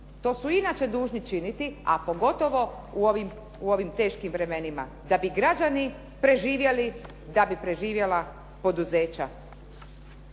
To su inače dužni činiti, a pogotovo u ovim teškim vremenima, da bi građani preživjeli, da bi preživjela poduzeća